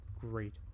great